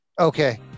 Okay